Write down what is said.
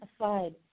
aside